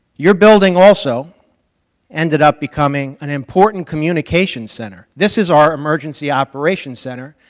your building also ended up becoming an important communication center. this is our emergency operations center,